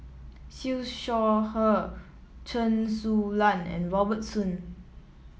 Siew Shaw Her Chen Su Lan and Robert Soon